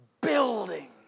building